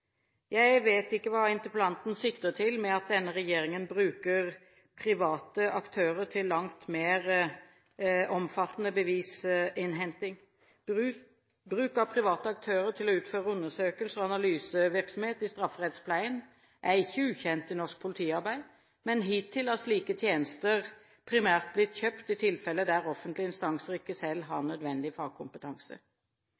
Jeg vet ikke hva interpellanten sikter til med at denne regjeringen «bruker private aktører til langt mer omfattende bevisinnhenting». Bruk av private aktører til å utføre undersøkelser og analysevirksomhet i strafferettspleien er ikke ukjent i norsk politiarbeid, men hittil har slike tjenester primært blitt kjøpt i tilfeller der offentlige instanser ikke selv har